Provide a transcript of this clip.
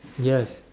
yes